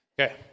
Okay